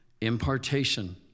Impartation